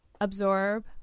absorb